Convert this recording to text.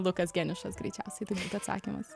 lukas geniušas greičiausiai tai būtų atsakymas